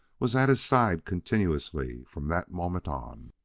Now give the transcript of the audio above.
was at his side continuously from that moment on.